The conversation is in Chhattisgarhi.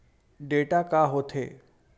डेटा का होथे?